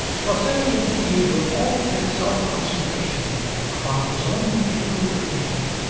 rossetti, indeed, with all his self-concentration upon his own peculiar aim,